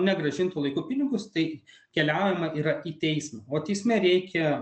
negrąžintų laiku pinigus tai keliaujama yra į teismą o teisme reikia